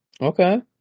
Okay